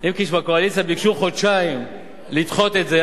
אם כי בקואליציה ביקשו חודשיים לדחות את זה.